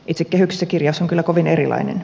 itse kehyksissä kirjaus on kyllä kovin erilainen